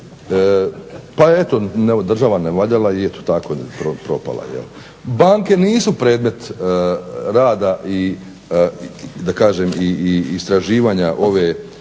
Pa eto država nevaljala pa eto tako propala. Banke nisu predmet rada i da kažem istraživanja ove